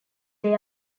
they